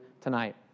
tonight